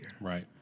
Right